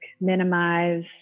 minimize